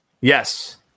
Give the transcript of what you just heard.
Yes